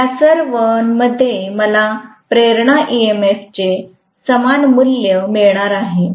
या सर्वांमध्ये मला प्रेरणा ईएमएफचे समान मूल्य मिळणार नाही